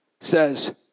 says